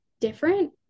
Different